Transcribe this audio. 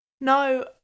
No